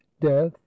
death